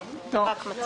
לא, רק מצביעים.